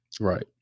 Right